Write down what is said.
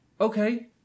okay